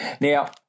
Now